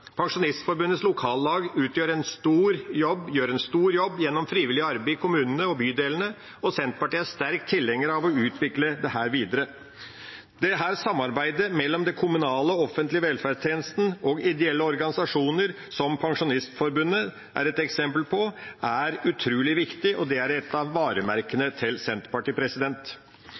Pensjonistforbundets lokallag gjør en stor jobb gjennom frivillig arbeid i kommunene og bydelene, og Senterpartiet er sterk tilhenger av å utvikle dette videre. Dette samarbeidet, mellom den kommunale og offentlige velferdstjenesten og ideelle organisasjoner, som Pensjonistforbundet er et eksempel på, er utrolig viktig, og det er et av varemerkene til Senterpartiet.